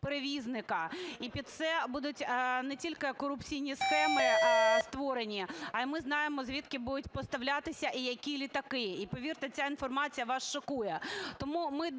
перевізника. І під це будуть не тільки корупційні схеми створені, а й ми знаємо, звідки будуть поставлятися і які літаки. І повірте, ця інформація вас шокує.